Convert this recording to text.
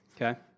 Okay